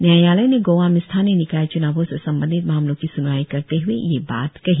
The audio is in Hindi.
न्यायालय ने गोआ में स्थानीय निकाय च्नावों से संबंधित मामले की स्नवाई करते हए ये बात कही